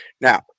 Now